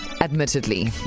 admittedly